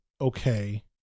okay